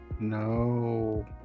No